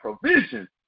provision